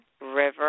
River